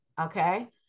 okay